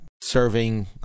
serving